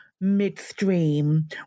midstream